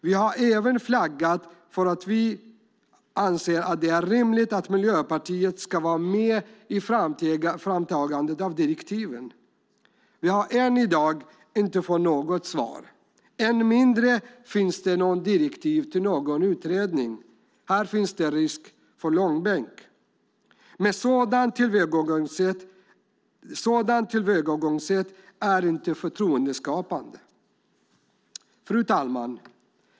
Vi har även flaggat för att vi anser att det är rimligt att Miljöpartiet ska vara med i framtagandet av direktiven. Vi har än i dag inte fått något svar. Än mindre finns det några direktiv till någon utredning. Här finns det risk för långbänk. Ett sådant tillvägagångssätt är inte förtroendeskapande. Fru talman!